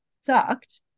sucked